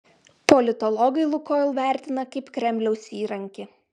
politologai lukoil vertina kaip kremliaus įrankį